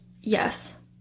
Yes